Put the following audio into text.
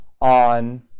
on